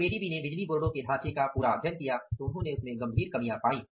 और जब एडीबी ने बिजली बोर्ड के ढांचे का पूरा अध्ययन किया तो उन्होंने गंभीर कमियां पाई